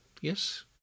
Yes